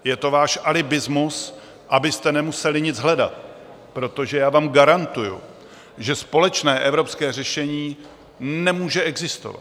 Je to váš alibismus, abyste nemuseli nic hledat, protože já vám garantuji, že společné evropské řešení nemůže existovat.